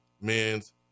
Men's